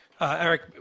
Eric